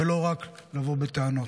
ולא רק לבוא בטענות.